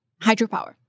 hydropower